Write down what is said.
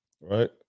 Right